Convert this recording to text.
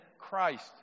Christ